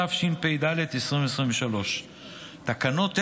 התשפ"ד 2023. תקנות אלו,